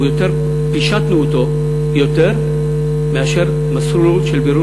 פישטנו אותו יותר מאשר המסלול של בירור